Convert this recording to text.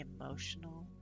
emotional